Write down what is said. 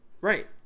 Right